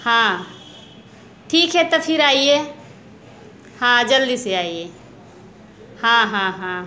हाँ ठीक है तो फिर आइए हाँ जल्दी से आइए हाँ हाँ हाँ